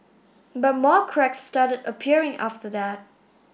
but more cracks started appearing after that